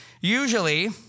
Usually